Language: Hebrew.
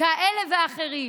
כאלה ואחרים.